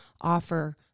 offer